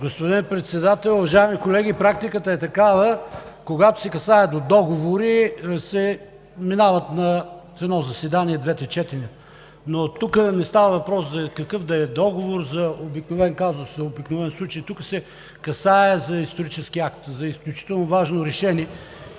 Господин Председател, уважаеми колеги! Практиката е такава, че когато се касае до договори, двете четения минават в едно заседание. Но тук не става въпрос за какъвто и да е договор, за обикновен казус, за обикновен случай, тук се касае за исторически акт, за изключително важно решение